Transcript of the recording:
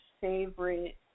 favorite